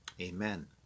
Amen